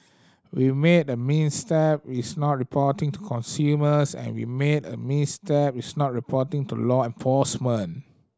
we made a misstep is not reporting to consumers and we made a misstep is not reporting to law enforcement